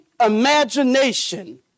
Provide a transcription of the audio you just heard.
imagination